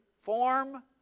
form